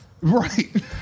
Right